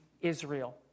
Israel